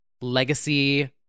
Legacy